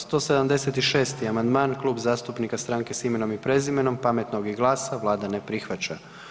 176. amandman Klub zastupnika Stranke s imenom i prezimenom, Pametnog i GLAS-a, Vlada ne prihvaća.